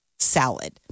Salad